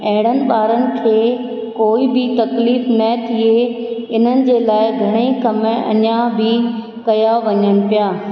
अहिड़नि ॿारनि खे कोई बि तकलीफ़ न थिए इन्हनि जे लाइ घणेई कम अञा बि कया वञनि पिया